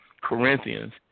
Corinthians